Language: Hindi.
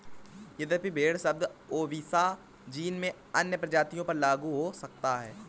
यद्यपि भेड़ शब्द ओविसा जीन में अन्य प्रजातियों पर लागू हो सकता है